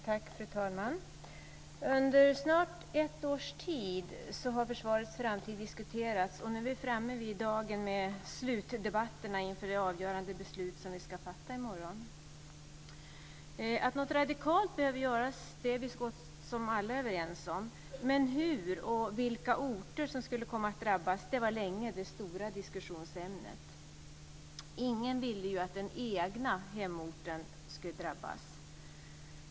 Fru talman! Under snart ett års tid har försvarets framtid diskuterats, och nu är vi framme vid dagen med slutdebatterna inför det avgörande beslut vi ska fatta i morgon. Att något radikalt behöver göras är så gott som alla överens om. Men hur och vilka orter som skulle komma att drabbas var länge det stora diskussionsämnet. Ingen ville ju att den egna hemorten skulle drabbas.